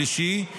שלישי,